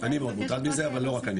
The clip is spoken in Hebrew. אני מאוד מוטרד מזה אבל לא רק אני.